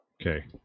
Okay